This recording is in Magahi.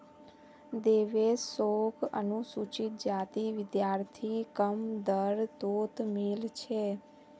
देवेश शोक अनुसूचित जाति विद्यार्थी कम दर तोत मील छे